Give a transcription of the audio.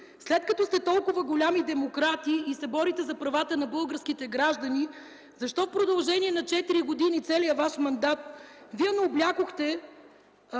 След като сте толкова големи демократи и се борите за правата на българските граждани, защо в продължение на четири години – целият ваш мандат, вие не облякохте